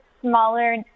smaller